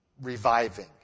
reviving